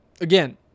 again